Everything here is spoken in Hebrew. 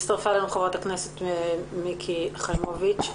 הצטרפה אלינו חברת הכנסת מיקי חיימוביץ.